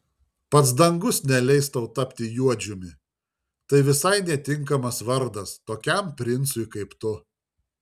pats dangus neleis tau tapti juodžiumi tai visai netinkamas vardas tokiam princui kaip tu